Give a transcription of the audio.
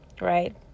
right